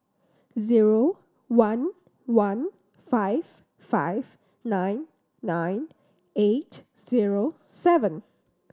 zero one one five five nine nine eight zero seven